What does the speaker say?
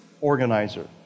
organizer